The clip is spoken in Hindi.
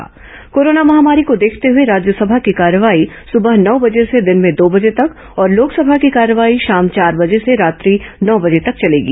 र्कोरोना महामारी को देखते हुए राज्यसभा की कार्यवाही सुबह नौ बजे से दिन में दो बजे तक और लोकसभा की कार्यवाही शाम चार बजे से रात्रि नौ बजे तक चलेगी